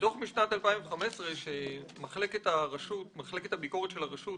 בדוח משנת 2015, שפרסמה מחלקת הביקורת של הרשות,